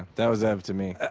that was ev to me.